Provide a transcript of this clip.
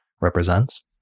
represents